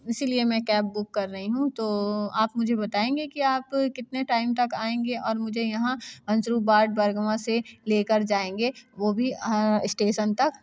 इसीलिए मैं cab book कर रही हूँ तो आप मुझे बताएंगे कि आप कितने टाइम तक आएंगे और मुझे यहाँ वंसरूपबाड बाड़गवां से लेकर जाएंगे वो भी स्टेशन तक